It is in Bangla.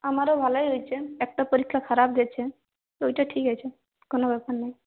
আমারও ভালোই হয়েছে একটা পরীক্ষা খারাপ গেছে ওইটা ঠিক আছে কোনো ব্যাপার নাই